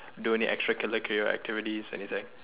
do any extra curricular activities anything